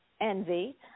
envy